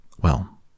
Well